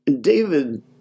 David